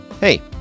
Hey